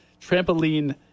Trampoline